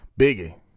Biggie